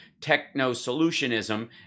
techno-solutionism